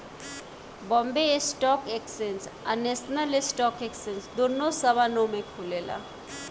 Bombay Stock Exchange आ National Stock Exchange दुनो सवा नौ में खुलेला